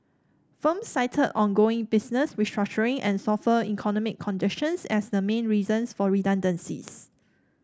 firms cited ongoing business restructuring and softer economic conditions as the main reasons for redundancies